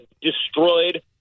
destroyed